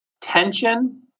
tension